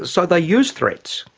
so they use threats.